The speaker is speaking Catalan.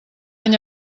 any